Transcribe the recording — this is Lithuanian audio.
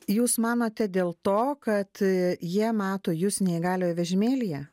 jūs manote dėl to kad jie mato jus neįgaliojo vežimėlyje